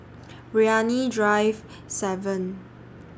Brani Drive seven